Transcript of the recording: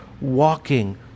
walking